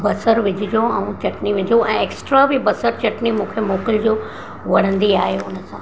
बसरि विझिजो ऐं चटनी विझिजो ऐं ऐक्स्ट्रा बि बसरि चटनी मूंखे मोकिलिजो वणंदी आहे हुन सां